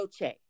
noche